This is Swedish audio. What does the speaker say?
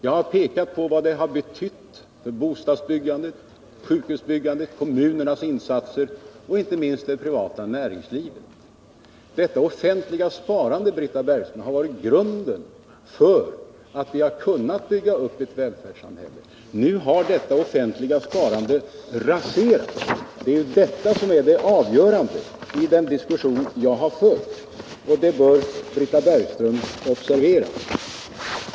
Jag har pekat på vad detta betytt för bostadsbyggandet, sjukhusbyggandet, kommunernas insatser och inte minst det privata näringslivet. Detta offentliga sparande, Britta Bergström, har varit grunden för att vi har kunnat bygga upp ett välfärdssamhälle. Nu har detta offentliga sparande raserats. Det är detta som är det avgörande i den diskussion jag har fört, och det bör Britta Bergström observera.